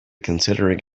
considering